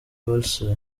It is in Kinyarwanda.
wesley